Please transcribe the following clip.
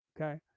Okay